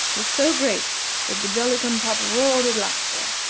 was so great that the jolly-cum-pop roared with laughter.